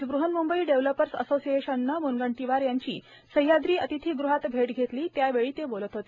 आज बूहन्मुंबई डेव्हलपर्स असोसिएशननं मुनगंटीवार यांची सह्याद्री अतिथीग़हात भेट घेतली त्यावेळी ते बोलत होते